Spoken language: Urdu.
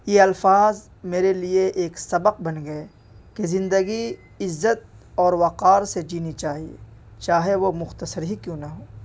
یہ الفاظ میرے لیے ایک سبق بن گئے کہ زندگی عزت اور وقار سے جینی چاہیے چاہے وہ مختصر ہی کیوں نہ ہو